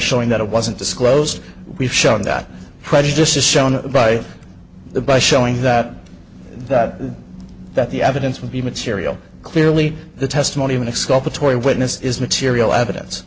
showing that it wasn't disclosed we've shown that prejudice is shown by the by showing that that that the evidence will be material clearly the testimony even exculpatory witness is material evidence